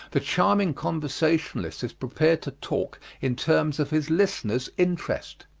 the charming conversationalist is prepared to talk in terms of his listener's interest.